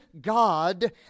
God